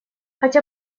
хотя